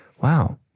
wow